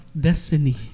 destiny